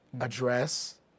address